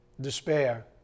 despair